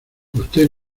usted